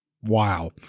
Wow